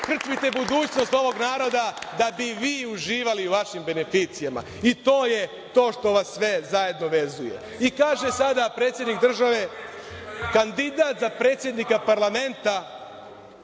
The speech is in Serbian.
krčmite budućnost ovog naroda da bi vi uživali u vašim beneficijama. I to je to što vas sve zajedno vezuje. Kaže sada predsednik države – kandidat za predsednika parlamenta,